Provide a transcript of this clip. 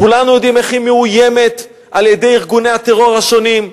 כולנו יודעים איך היא מאוימת על-ידי ארגוני הטרור השונים,